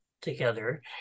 together